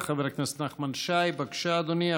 חבר הכנסת נחמן שי, בבקשה, אדוני.